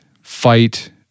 fight